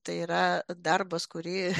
tai yra darbas kurį